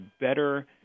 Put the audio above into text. better